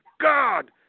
God